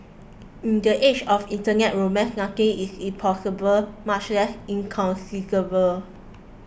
in the age of internet romance nothing is impossible much less inconceivable